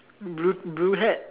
blue blue hat